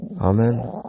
Amen